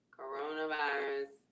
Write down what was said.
coronavirus